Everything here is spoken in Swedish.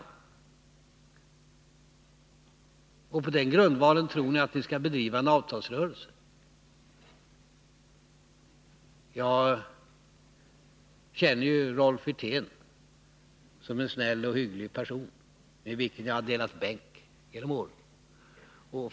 Och på den grundvalen tror ni att ni skall bedriva en avtalsrörelse! Jag känner ju Rolf Wirtén som en snäll och hygglig person, med vilken jag har delat bänk genom åren.